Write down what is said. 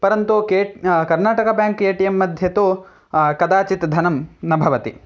परन्तु के Karnataka bank A T M मध्ये तु कदाचित् धनं न भवति